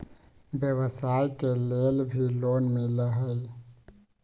व्यवसाय के लेल भी लोन मिलहई?